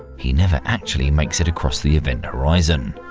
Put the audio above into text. he never actually makes it across the event horizon.